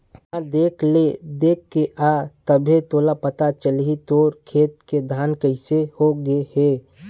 तेंहा देख ले देखके आ तभे तोला पता चलही तोर खेत के धान कइसे हो गे हे